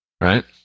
Right